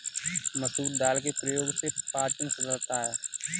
मसूर दाल के प्रयोग से पाचन सुधरता है